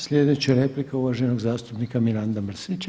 Sljedeća replika uvaženog zastupnika Miranda Mrsića.